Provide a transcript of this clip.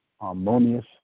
harmonious